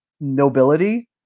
nobility